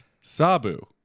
Sabu